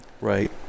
Right